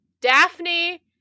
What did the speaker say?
Daphne